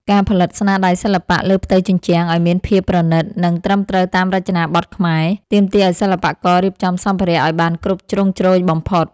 ការផលិតស្នាដៃសិល្បៈលើផ្ទៃជញ្ជាំងឱ្យមានភាពប្រណីត និងត្រឹមត្រូវតាមរចនាបថខ្មែរ ទាមទារឱ្យសិល្បកររៀបចំសម្ភារៈឱ្យបានគ្រប់ជ្រុងជ្រោយបំផុត។